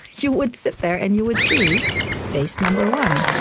you would sit there and you would see face number one,